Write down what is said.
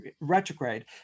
retrograde